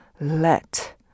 let